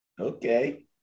Okay